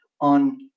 on